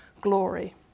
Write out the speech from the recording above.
glory